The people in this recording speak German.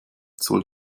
zoll